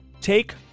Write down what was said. take